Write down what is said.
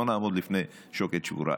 לא נעמוד בפני שוקת שבורה.